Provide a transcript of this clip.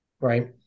right